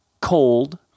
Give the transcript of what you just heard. cold